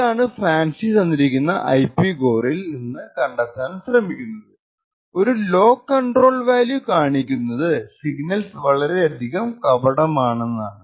ഇതാണ് ഫാൻസി തന്നിരിക്കുന്ന ഐപി കോറിൽ നിന്ന് കണ്ടെത്താൻ ശ്രെമിക്കുന്നത് ഒരു ലോ കണ്ട്രോൾ വാല്യൂ കാണിക്കുന്നത് സിഗ്നൽസ് വളരെയധികം കപടമാണെന്നാണ്